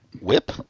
Whip